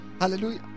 Hallelujah